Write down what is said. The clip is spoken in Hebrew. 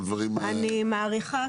אני מעריכה